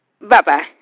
Bye-bye